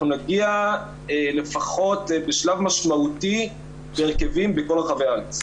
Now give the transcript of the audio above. נגיע לפחות בשלב משמעותי להרכבים בכל רחבי הארץ.